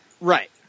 Right